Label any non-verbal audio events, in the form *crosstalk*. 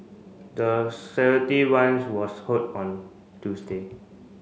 the *unintelligible* run was hold on Tuesday